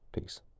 Peace